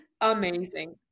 amazing